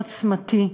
עוצמתי,